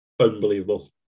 Unbelievable